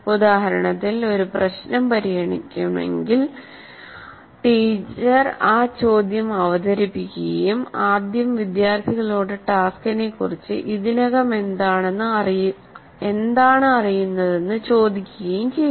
ഉദാഹരണത്തിന് പ്രശ്നം പരിഹരിക്കണമെങ്കിൽ ടീച്ചർ ആ ചോദ്യം അവതരിപ്പിക്കുകയും ആദ്യം വിദ്യാർത്ഥികളോട് ടാസ്ക്കിനെക്കുറിച്ച് ഇതിനകം എന്താണ് അറിയുന്നതെന്ന് ചോദിക്കുകയും ചെയ്യുന്നു